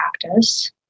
practice